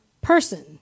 person